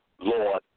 Lord